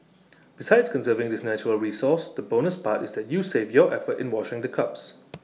besides conserving this natural resource the bonus part is that you save your effort in washing the cups